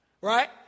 Right